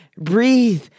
Breathe